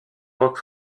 rock